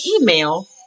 email